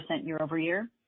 year-over-year